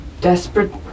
desperate